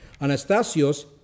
Anastasios